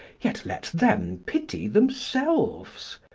yet let them pity themselves.